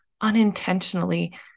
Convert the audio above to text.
unintentionally